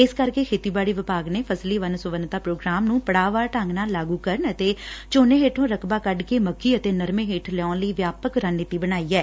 ਇਸੇ ਕਰਕੇ ਖੇਤੀਬਾੜੀ ਵਿਭਾਗ ਨੇ ਫਸਲੀ ਵੰਨ ਸੁਵੰਨਤਾ ਪ੍ਰੋਗਰਾਮ ਨੂੰ ਪੜਾਅਵਾਰ ਢੰਗ ਨਾਲ ਲਾਗੂ ਕਰਕੇ ਝੋਨੇ ਹੇਠੋਂ ਰਕਬਾ ਕੱਢ ਕੇ ਮੱਕੀ ਅਤੇ ਨਰਮੇ ਹੇਠ ਲਿਆਉਣ ਲਈ ਵਿਆਪਕ ਰਣਨੀਤੀ ਬਣਾਈ ਹੈ